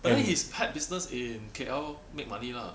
but then his pet business in K_L make money lah